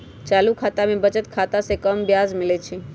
चालू खता में बचत खता से कम ब्याज मिलइ छइ